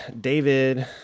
David